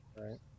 right